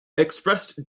expressed